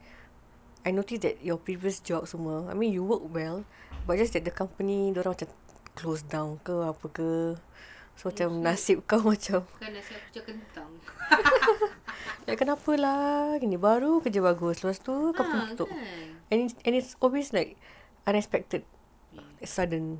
kena saya macam kentang uh kan